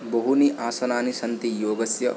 बहूनि आसनानि सन्ति योगस्य